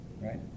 right